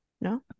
No